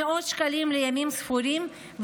ומאות שקלים לימים ספורים.